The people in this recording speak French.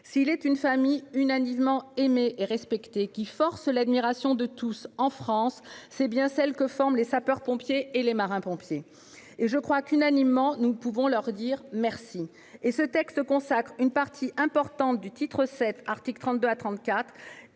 S'il est une famille unanimement aimée et respectée, qui force l'admiration de tous, en France, c'est bien celle que forment les sapeurs-pompiers et les marins-pompiers. Je crois qu'unanimement nous pouvons leur dire merci ! Ce texte consacre son titre VII- articles 32 à 34